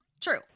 True